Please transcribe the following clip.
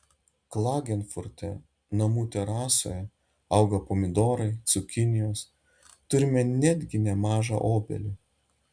klagenfurte namų terasoje auga pomidorai cukinijos turime netgi nemažą obelį